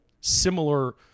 similar